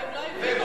כי הם לא הבינו.